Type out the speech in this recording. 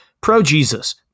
pro-Jesus